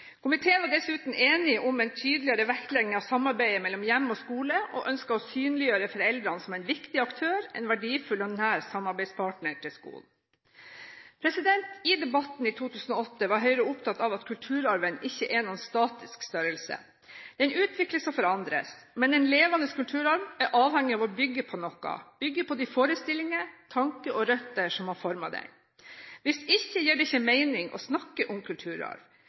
Komiteen var dessuten enig om en tydeligere vektlegging av samarbeidet mellom hjem og skole og ønsket å synliggjøre foreldrene som en viktig aktør, en verdifull og nær samarbeidspartner til skolen. I debatten i 2008 var Høyre opptatt av at kulturarven ikke er noen statisk størrelse. Den utvikles og forandres. Men en levende kulturarv er avhengig av å bygge på noe, bygge på de forestillinger, tanker og røtter som har formet den. Hvis ikke gir det ikke mening å snakke om kulturarv.